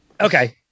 Okay